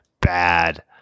bad